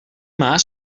mar